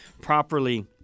properly